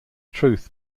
truth